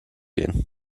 gehen